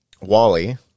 Wally